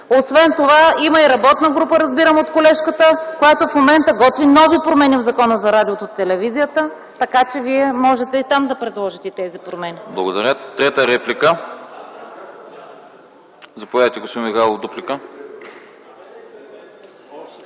Освен това има и работна група, разбирам от колежката, която в момента готви нови промени в Закона за радиото и телевизията. Така че Вие можете да предложите тези промени